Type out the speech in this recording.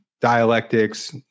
dialectics